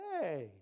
Hey